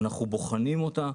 אנחנו בוחנים אותה,